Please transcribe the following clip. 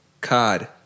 cod